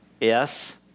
Yes